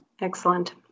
Excellent